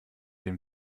dem